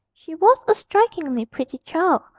she was a strikingly pretty child,